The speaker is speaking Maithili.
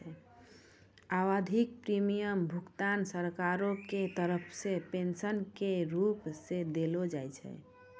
आवधिक प्रीमियम भुगतान सरकारो के तरफो से पेंशनो के रुप मे देलो जाय छै